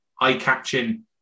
eye-catching